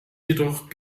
jedoch